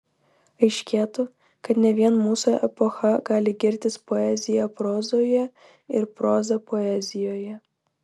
aiškėtų kad ne vien mūsų epocha gali girtis poezija prozoje ir proza poezijoje